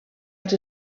els